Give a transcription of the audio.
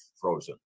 frozen